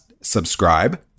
Subscribe